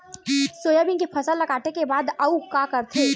Soybean के फसल ल काटे के बाद आऊ का करथे?